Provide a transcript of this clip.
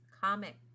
comic